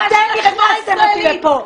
אתם הכנסתם אותי לפה.